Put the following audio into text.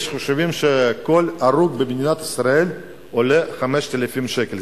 יש חישובים שכל הרוג במדינת ישראל עולה 5,000 שקל,